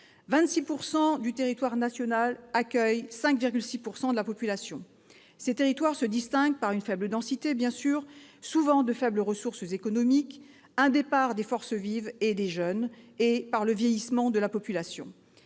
26 % du territoire national accueillent 5,6 % de la population. Ces territoires se distinguent par une faible densité, bien sûr, souvent de faibles ressources économiques, un départ des forces vives et des jeunes et le vieillissement de la population.